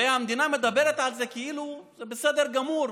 והמדינה מדברת על זה כאילו זה בסדר גמור.